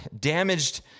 damaged